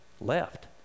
left